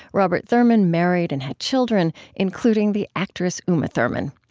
robert thurman married and had children, including the actress uma thurman.